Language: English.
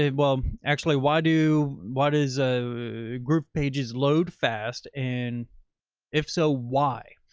ah well actually, why do, why does a groovepages load fast? and if so, why?